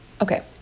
okay